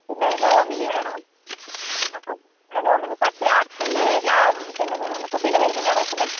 പിന്നൊരു നോമിനി വേണം അക്കൗണ്ട് ഉള്ള നോമിനി ഇപ്പോൾ അച്ഛൻ്റെ പേരിൽ പിന്നെ കുട്ടീൻ്റെ പേരിൽ തന്നെ ആണോ വയ്ക്കുന്നത്